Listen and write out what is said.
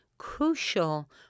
Crucial